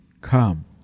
come